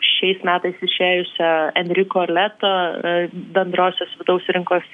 šiais metais išėjusio enriko leto bendrosios vidaus rinkos